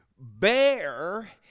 bear